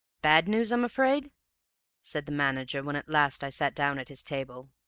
bad news, i'm afraid said the manager, when at last i sat down at his table.